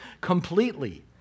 completely